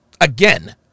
Again